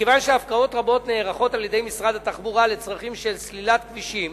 מכיוון שהפקעות רבות נערכות על-ידי משרד התחבורה לצרכים של סלילת כבישים